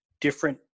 different